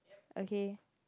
okay